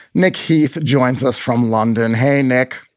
nick, he joins us from london. hey, nick.